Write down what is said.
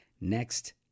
Next